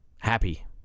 Happy